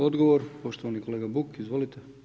Odgovor poštovani kolega Buk, izvolite.